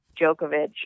Djokovic